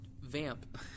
vamp